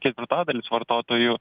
ketvirtadalis vartotojų